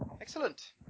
Excellent